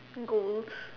goals